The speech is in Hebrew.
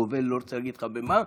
גובל אני לא רוצה להגיד לך במה,